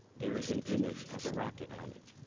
there's an image of a rocket on it.